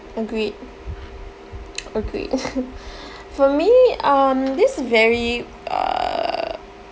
agreed agreed for me um this very uh